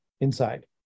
inside